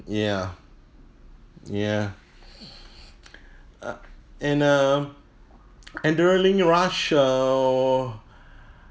ya ya uh and uh adrenaline rush err or